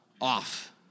off